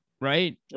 Right